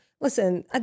listen